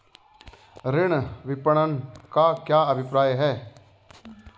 कृषि विपणन का क्या अभिप्राय है?